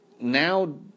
now